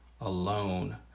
alone